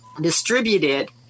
distributed